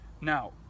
Now